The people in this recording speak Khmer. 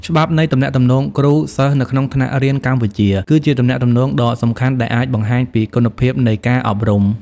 ច្បាប់នៃទំនាក់ទំនងគ្រូ សិស្សនៅក្នុងថ្នាក់រៀនកម្ពុជា គឺជាទំនាក់ទំនងដ៏សំខាន់ដែលអាចបង្ហាញពីគុណភាពនៃការអប់រំ។